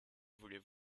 voulez